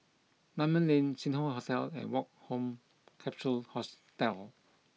Dunman Lane Sing Hoe Hotel and Woke Home Capsule Hostel